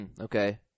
Okay